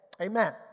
Amen